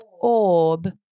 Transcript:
orb